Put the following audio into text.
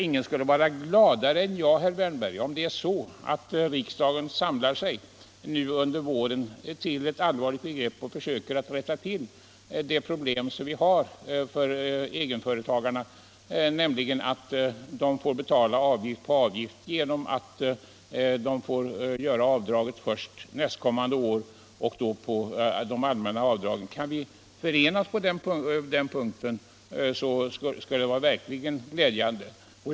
Ingen skulle bli gladare än jag om riksdagen under våren kunde samla sig och försöka rätta till de problem som uppstår för egenföretagarna när de får betala avgift på avgift och göra avdraget härför först nästkommande år under Allmänna avdrag. Kunde vi enas på den punkten skulle det verkligen vara glädjande.